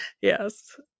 yes